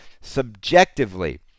subjectively